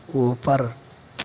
اوپر